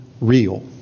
real